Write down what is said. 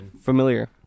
familiar